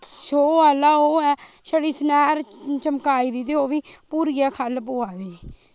show आह्ला ओह् ऐ छड़ी सनैर चमकाई दी ते ओह् बी भुरियै खल्ल पोआ दी